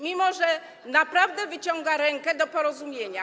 mimo że naprawdę wyciąga rękę do porozumienia.